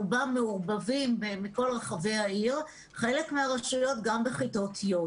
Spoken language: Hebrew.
רובם מעורבבים בכל רחבי העיר ובחלק מהרשויות גם בכיתות י'.